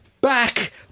back